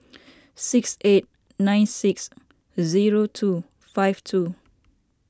six eight nine six zero two five two